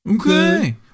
okay